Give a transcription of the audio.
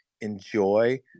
enjoy